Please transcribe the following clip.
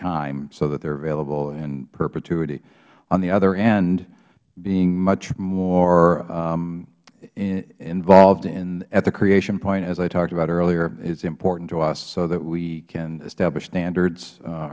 time so that they are available in perpetuity on the other hand being much more involved at the creation point as i talked about earlier is important to us so that we can establish standards